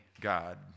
God